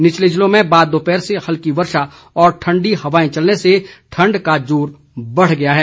निचले जिलों में बाद दोपहर से हल्की वर्षा व ठंडी हवाएं चलने से ठंड का जोर बढ़ गया है